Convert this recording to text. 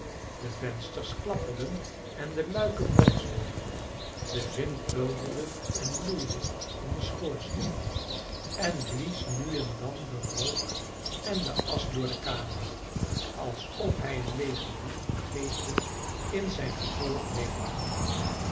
de vensters klapperden en de luiken bonsden de wind bulderde en loeide in den schoorsteen en blies nu en dan den rook en de asch door de kamer alsof hij een legioen van geesten in zijn gevolg medebracht